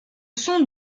son